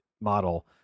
Model